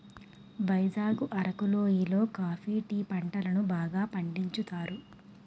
వైజాగ్ అరకు లోయి లో coffee tea పంటలను బాగా పండించుతారు